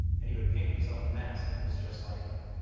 and he would paint himself a mask that was just like them.